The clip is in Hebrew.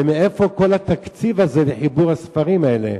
ומאיפה כל התקציב הזה לחיבור הספרים האלה.